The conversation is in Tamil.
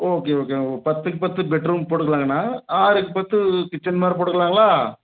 ஓகே ஓகேங்க ஒரு பத்துக்கு பத்து பெட் ரூம் போட்டுக்கலாங்கண்ணா ஆறுக்கு பத்து கிச்சன் மாதிரி போட்டுக்கலாங்களா